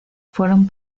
fueron